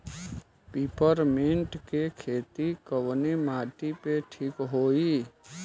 Peppermint के खेती कवने माटी पे ठीक होई?